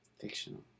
Fictional